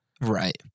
Right